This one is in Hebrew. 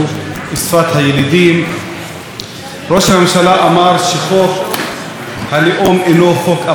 ראש הממשלה אמר שחוק הלאום אינו חוק אפרטהייד והוא הזדעזע מעצם